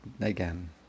again